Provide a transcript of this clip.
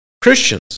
Christians